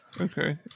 Okay